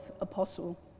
Apostle